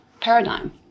paradigm